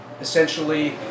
essentially